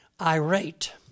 irate